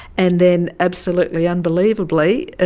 and then, absolutely unbelievably,